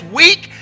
week